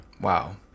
Wow